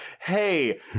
Hey